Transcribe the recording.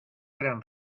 gran